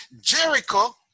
Jericho